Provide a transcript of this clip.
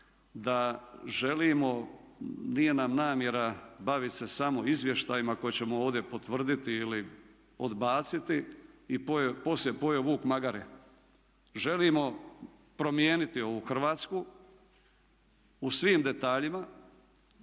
da želimo, nije nam namjera bavit se samo izvještajima koje ćemo ovdje potvrditi ili odbaciti i poslije pojeo vuk magare. Želimo promijeniti ovu Hrvatsku u svim detaljima,